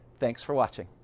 thanks for watching.